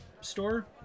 store